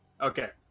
okay